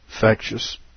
factious